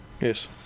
Yes